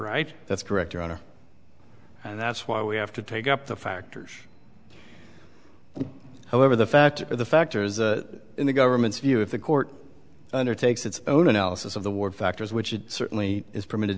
right that's director on a and that's why we have to take up the factors however the fact of the factors in the government's view if the court undertakes its own analysis of the war factors which it certainly is permitted